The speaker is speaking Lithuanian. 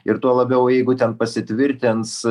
ir tuo labiau jeigu ten pasitvirtins